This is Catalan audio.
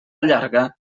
llarga